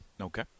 Okay